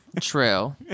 True